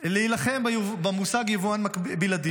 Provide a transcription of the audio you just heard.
להילחם במושג "יבואן בלעדי".